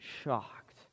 shocked